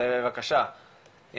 אני